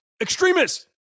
Extremists